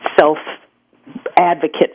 self-advocate